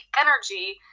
energy